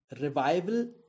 revival